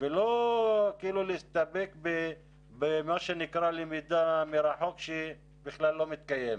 ולא להסתפק במה שנקרא למידה מרחוק,